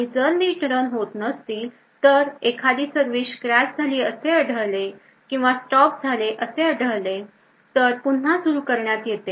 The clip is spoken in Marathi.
आणि जर नीट रन होत नसतील आणि एखादी सर्विस crash झाली असे आढळले किंवा stop झाली असे आढळले तर पुन्हा सुरू करण्यात येते